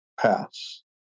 pass